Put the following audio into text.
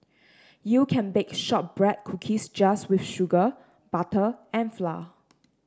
you can bake shortbread cookies just with sugar butter and flour